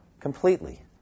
completely